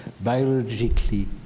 biologically